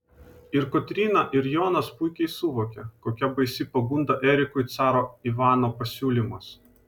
ir kotryna ir jonas puikiai suvokia kokia baisi pagunda erikui caro ivano pasiūlymas